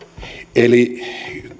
eli